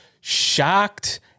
shocked